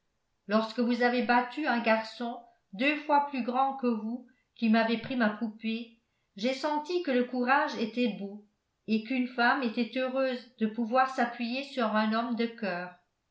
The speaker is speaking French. lorsque vous avez battu un garçon deux fois plus grand que vous qui m'avait pris ma poupée j'ai senti que le courage était beau et qu'une femme était heureuse de pouvoir s'appuyer sur un homme de coeur